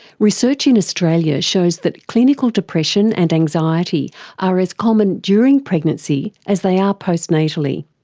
research in australia shows that clinical depression and anxiety are as common during pregnancy as they are postnatally.